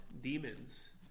demons